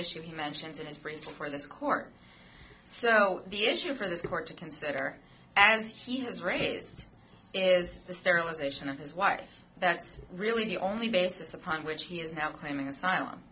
issue he mentions in his brief for this court so the issue for this court to consider as he has raised is the sterilization of his wife that's really the only basis upon which he is now claiming asylum